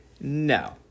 No